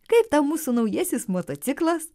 kaip tau mūsų naujasis motociklas